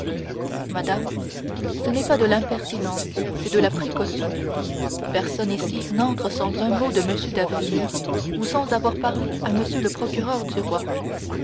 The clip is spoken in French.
madame ce n'est pas de l'impertinence c'est de la précaution personne n'entre ici sans un mot de m d'avrigny ou sans avoir à parler à m le procureur du roi